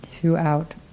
throughout